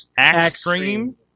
Extreme